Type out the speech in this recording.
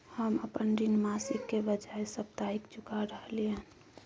हम अपन ऋण मासिक के बजाय साप्ताहिक चुका रहलियै हन